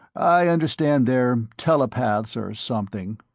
i understand they're telepaths or something